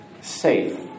safe